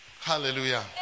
Hallelujah